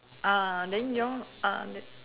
uh then your uh then